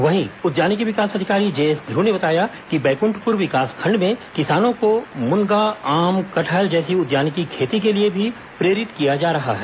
वहीं उद्यानिकी विकास अधिकारी जेएस ध्रेव ने बताया कि बैकुंठपुर विकासखंड में किसानों को मुनगा आम कटहल जैसी उद्यानिकी खेती के लिए भी प्रेरित किया जा रहा है